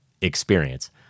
experience